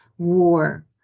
war